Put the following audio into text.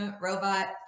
robot